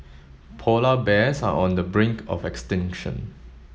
polar bears are on the brink of extinction